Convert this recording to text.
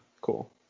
cool